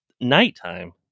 nighttime